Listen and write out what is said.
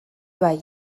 bai